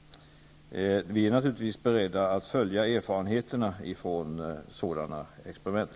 Vi är naturligtvis beredda att följa erfarenheterna ifrån sådana experiment.